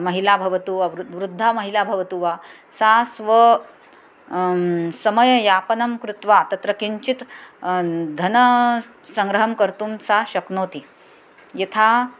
महिला भवतु वा वृ वृद्धा महिला भवतु वा सा स्व समययापनं कृत्वा तत्र किञ्चित् धनसङ्ग्रहं कर्तुं सा शक्नोति यथा